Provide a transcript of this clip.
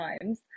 times